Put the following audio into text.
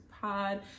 pod